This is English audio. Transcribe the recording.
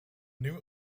new